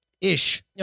Ish